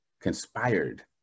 conspired